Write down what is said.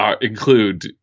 include